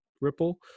ripple